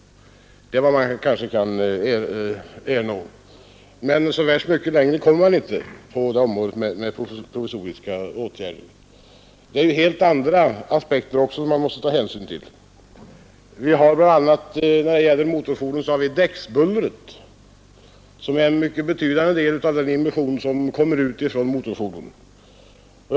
Men så värst mycket längre kommer man inte med provisoriska åtgärder på detta område. Det finns helt andra aspekter, som man också måste ta hänsyn till. När det gäller motorfordon har vi däcksbullret, som utgör en betydande del av den emission som kommer från motorfordonen.